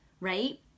right